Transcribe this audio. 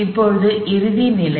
இப்போது இறுதி நிலை ϴf π